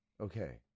Okay